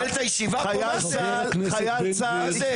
חייל צה"ל,